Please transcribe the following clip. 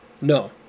No